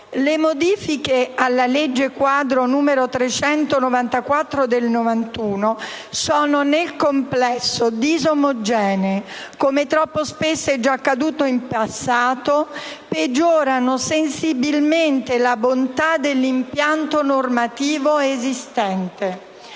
le modifiche alla legge quadro n. 394 del 1991 sono nel complesso disomogenee e, come troppo spesso già accaduto in passato, peggiorano sensibilmente la bontà dell'impianto normativo esistente.